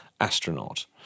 astronaut